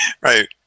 Right